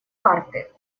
карты